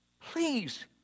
please